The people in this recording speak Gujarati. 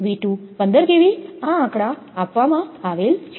તેથી 20 kV 15 kV આ આંકડા આપવામાં આવેલ છે